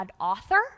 author